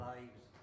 Lives